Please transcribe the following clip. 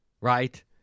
right